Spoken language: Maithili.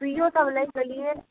सुइयो सब लैके लिए